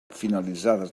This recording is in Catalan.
finalitzades